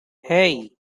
hey